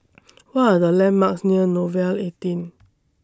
What Are The landmarks near Nouvel eighteen